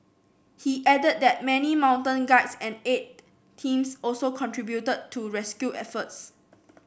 he added that many mountain guides and aid teams also contributed to rescue efforts